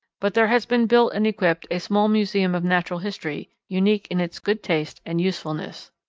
but there has been built and equipped a small museum of natural history unique in its good taste and usefulness.